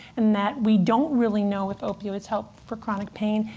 and that we don't really know if opioids help for chronic pain.